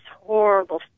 horrible